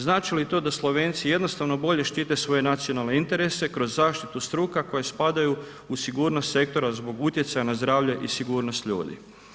Znači li to da Slovenci jednostavno bolje štite svoje nacionalne interese kroz zaštitu struka koje spadaju u sigurnost sektora zbog utjecaja na zdravlje i sigurnost ljudi?